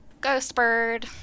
Ghostbird